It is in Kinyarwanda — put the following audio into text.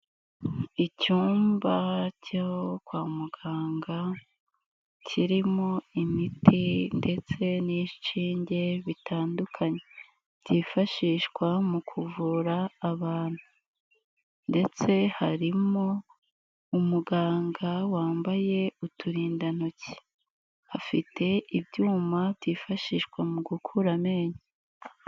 Icyumba cyo kwa muganga, kirimo imiti ndetse n'inshinge bitandukanye. Byifashishwa mu kuvura abantu ndetse harimo umuganga wambaye uturindantoki. Afite ibyuma byifashishwa mu gukura amenyo.